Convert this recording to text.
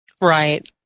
Right